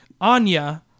Anya